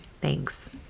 Thanks